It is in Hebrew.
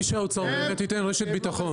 אם אתה חושב שאתה בא להגן עלינו,